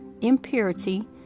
impurity